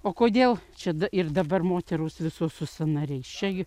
o kodėl čia da ir dabar moteros visus su sąnariais čia gi